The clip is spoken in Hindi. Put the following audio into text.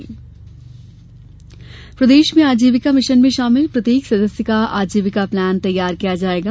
आजीविका प्लान प्रदेश में आजीविका मिशन में शामिल प्रत्येक सदस्य का आजीविका प्लान तैयार किया जायेगा